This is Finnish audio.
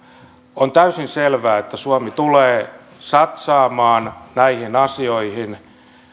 on täysin selvää että paitsi että suomi tulee satsaamaan näihin asioihin